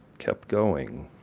kept going.